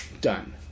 Done